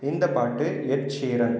இந்த பாட்டு Ed Sheeran